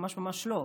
ממש ממש לא.